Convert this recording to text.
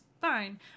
fine